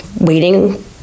waiting